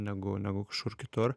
negu negu kažkur kitur